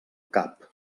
cap